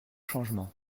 changement